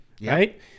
right